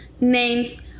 names